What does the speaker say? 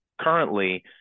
currently